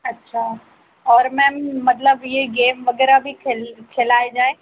अच्छा और मैम मतलब यह गेम वगैरह भी खेल खिलाया जाए